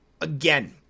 again